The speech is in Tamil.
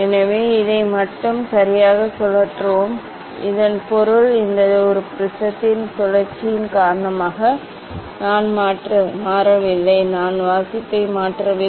எனவே இதை மட்டும் சரியாகச் சுழற்றுவோம் இதன் பொருள் இந்த ஒரு ப்ரிஸத்தின் சுழற்சியின் காரணமாக நான் மாறவில்லை நான் வாசிப்பை மாற்றவில்லை